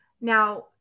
Now